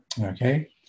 okay